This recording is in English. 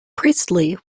priestley